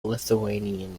lithuanian